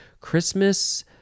christmas